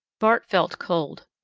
bart felt cold.